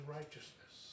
righteousness